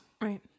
right